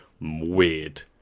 weird